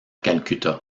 calcutta